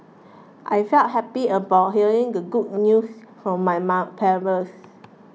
I felt happy upon hearing the good news from my mom parents